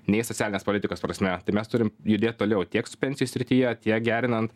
nei socialinės politikos prasme mes turim judėt toliau tiek su pensijų srityje tiek gerinant